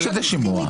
ברור שזה שימוע.